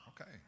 Okay